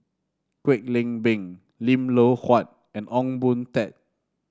Kwek Leng Beng Lim Loh Huat and Ong Boon Tat